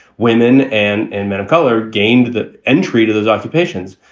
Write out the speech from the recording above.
women and and men of color gained the entry to those occupations.